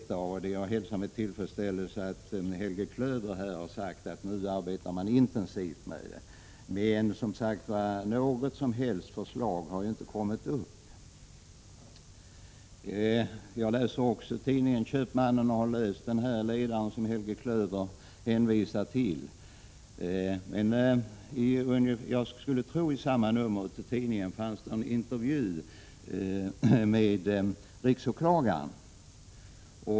Jag hälsar med tillfredsställelse det Helge Klöver här sade, att man nu arbetar intensivt med frågan. Men, som sagt, något som helst förslag har inte kommit. Jag läser också tidningen Köpmannen och har läst den ledare som Helge Klöver hänvisade till. I samma nummer av tidningen var en intervju med riksåklagaren.